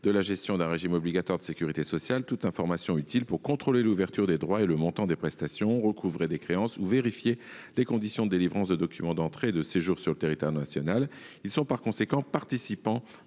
de la gestion d’un régime obligatoire de sécurité sociale toute information utile pour contrôler l’ouverture des droits et le montant des prestations, recouvrer des créances ou vérifier les conditions de délivrance de documents d’entrée et de séjour sur le territoire national. Par conséquent, ils participent